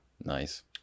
nice